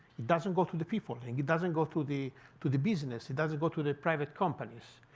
it doesn't go to the people. and it doesn't go to the to the business. it doesn't go to the private companies.